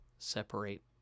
separate